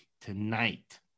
tonight